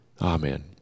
Amen